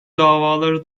davaları